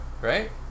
right